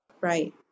Right